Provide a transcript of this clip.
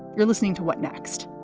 you're listening to what next?